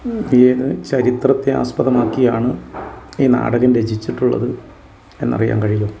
ഏത് ചരിത്രത്തെ ആസ്പദമാക്കിയാണ് ഈ നാടകം രചിച്ചിട്ടുള്ളത് എന്നറിയാൻ കഴിയുമോ